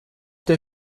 der